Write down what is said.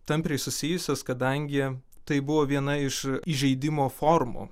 tampriai susijusios kadangi tai buvo viena iš įžeidimo formų